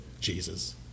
Jesus